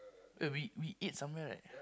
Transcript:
eh we we ate somewhere right